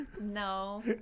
No